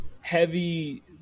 heavy